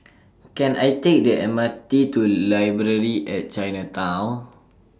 Can I Take The M R T to Library At Chinatown